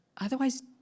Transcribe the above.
otherwise